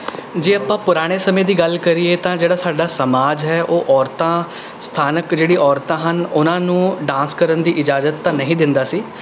ਜੇ ਆਪਾਂ ਪੁਰਾਣੇ ਸਮੇਂ ਦੀ ਗੱਲ ਕਰੀਏ ਤਾਂ ਜਿਹੜਾ ਸਾਡਾ ਸਮਾਜ ਹੈ ਉਹ ਔਰਤਾਂ ਸਥਾਨਕ ਜਿਹੜੀ ਔਰਤਾਂ ਹਨ ਉਹਨਾਂ ਨੂੰ ਡਾਂਸ ਕਰਨ ਦੀ ਇਜਾਜ਼ਤ ਤਾਂ ਨਹੀਂ ਦਿੰਦਾ ਸੀ